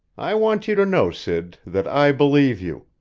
i want you to know, sid, that i believe you.